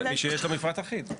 מי שיש לו מפרט אחיד.